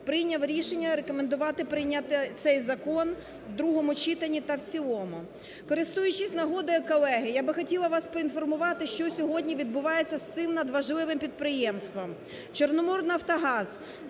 прийняв рішення рекомендувати прийняти цей закон в другому читанні та в цілому. Користуючись нагодою, колеги, я би хотіла вас поінформувати, що сьогодні відбувається з цим надважливим підприємством.